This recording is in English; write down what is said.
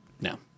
no